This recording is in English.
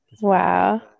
Wow